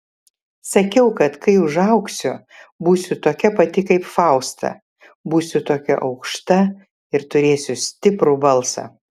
sakiau kad kai užaugsiu būsiu tokia pati kaip fausta būsiu tokia aukšta ir turėsiu stiprų balsą